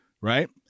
Right